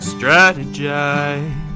strategize